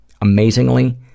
Amazingly